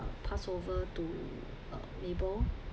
pass over to uh label